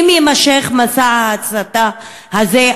אם יימשך מסע ההסתה הזה,